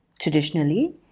traditionally